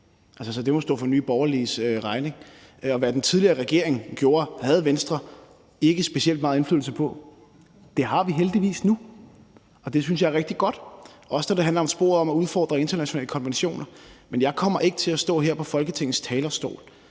det må stå for Nye Borgerliges regning. Hvad den tidligere regering gjorde, havde Venstre ikke specielt meget indflydelse på. Det har vi heldigvis nu, og det synes jeg er rigtig godt. Det gælder også, når det handler om sporet med hensyn til at udfordre internationale konventioner. Men jeg kommer ikke til at stå her på Folketingets talerstol